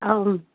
अँ अँ